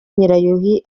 nyirayuhi